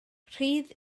rhydd